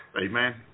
Amen